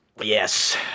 Yes